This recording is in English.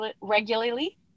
regularly